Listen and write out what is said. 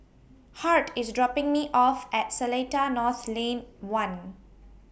Hart IS dropping Me off At Seletar North Lane one